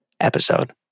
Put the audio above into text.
episode